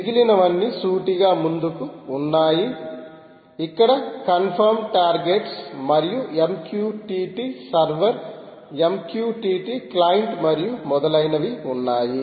మిగిలినవన్నీ సూటిగా ముందుకు ఉన్నాయి అక్కడ కన్ఫర్మ్ టార్గెట్స్ మరియు MQTT సర్వర్ MQTT క్లయింట్ మరియు మొదలైనవి ఉన్నాయి